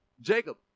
Jacob